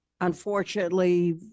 unfortunately